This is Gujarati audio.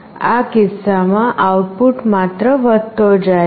આ કિસ્સામાં આઉટપુટ માત્ર વધતો જાય છે